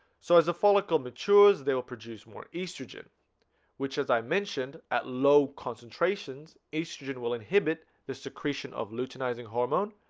so as the follicle matures they will produce more estrogen which as i mentioned at low concentrations estrogen will inhibit the secretion of luteinizing, hormone